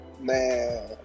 Man